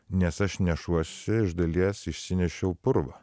nes aš nešuosi iš dalies išsinešiau purvą